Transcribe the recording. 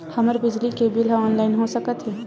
हमर बिजली के बिल ह ऑनलाइन हो सकत हे?